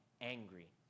angry